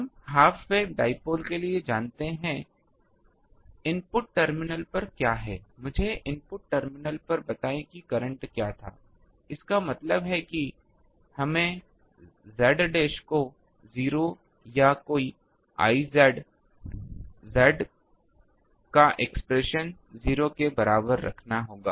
हम half wave dipole के लिए जानते हैं इनपुट टर्मिनल पर क्या है मुझे इनपुट टर्मिनल पर बताएं कि करंट क्या था इसका मतलब है हमें z डैश को 0 या कोई I डैश का एक्सप्रेशन 0 के बराबर रखना होगा